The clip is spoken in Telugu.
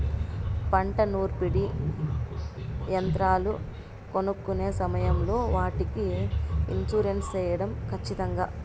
పంట నూర్పిడి యంత్రాలు కొనుక్కొనే సమయం లో వాటికి ఇన్సూరెన్సు సేయడం ఖచ్చితంగా?